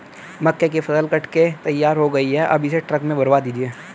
मक्के की फसल कट के तैयार हो गई है अब इसे ट्रक में भरवा दीजिए